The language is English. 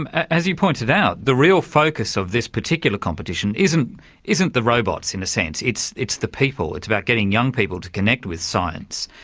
um as you pointed out, the real focus of this particular competition isn't isn't the robots, in a sense, it's it's the people it's about getting young people to connect with science.